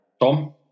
Tom